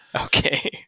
Okay